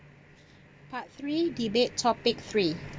part three debate topic three